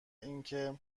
اینکه